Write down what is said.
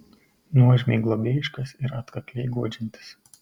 nuožmiai globėjiškas ir atkakliai guodžiantis